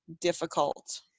difficult